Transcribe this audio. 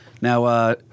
now –